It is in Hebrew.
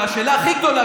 והשאלה הכי גדולה,